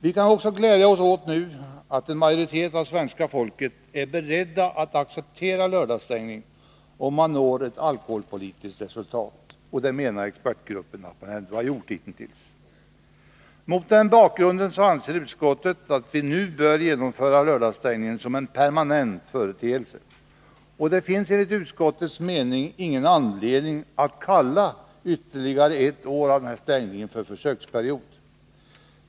Vi kan också glädja oss åt att en majoritet av svenska folket är beredd att acceptera lördagsstängning, om man når ett alkoholpolitiskt resultat, och det menar expertgruppen att man ändå har gjort hitintills. Mot denna bakgrund anser utskottet att vi nu bör genomföra lördagsstängning som en permanent företeelse. Det finns enligt utskottets mening ingen anledning att kalla ytterligare ett år av denna stängning försöksperiod.